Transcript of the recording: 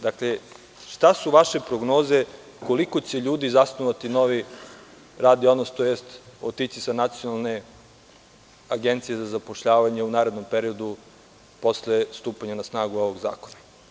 Dakle, šta su vaše prognoze, koliko će ljudi zasnovati novi radni odnos tj. otići sa Nacionalne agencije za zapošljavanje u narednom periodu posle stupanja na snagu ovog zakona?